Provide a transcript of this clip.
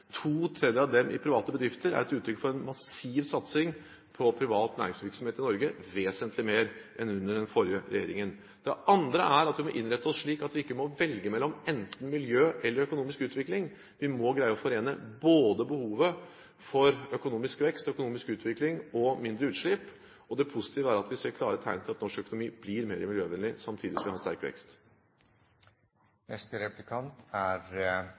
to tredjedeler av dem i private bedrifter, er et uttrykk for en massiv satsing på privat næringsvirksomhet i Norge – vesentlig mer enn under den forrige regjeringen. Det andre er at vi må innrette oss slik at vi ikke må velge mellom miljø og økonomisk utvikling. Vi må greie å forene både behovet for økonomisk vekst, økonomisk utvikling, og mindre utslipp, og det positive er at vi ser klare tegn til at norsk økonomi blir mer miljøvennlig, samtidig som vi har sterk vekst. Jeg er enig i at det er